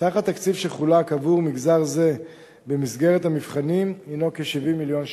סך התקציב שחולק עבור מגזר זה במסגרת המבחנים הינו כ-70 מיליון שקל.